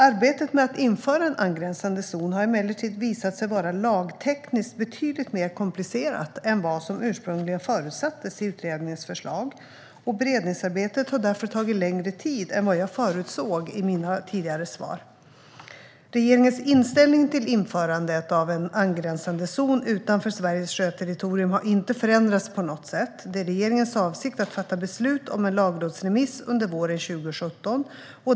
Arbetet med att införa en angränsande zon har emellertid visat sig vara lagtekniskt betydligt mer komplicerat än vad som ursprungligen förutsattes i utredningens förslag. Beredningsarbetet har därför tagit längre tid än vad jag förutsåg i mina tidigare svar. Regeringens inställning till införandet av en angränsande zon utanför Sveriges sjöterritorium har inte förändrats på något sätt. Det är regeringens avsikt att fatta beslut om en lagrådsremiss under våren 2017.